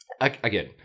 Again